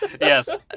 yes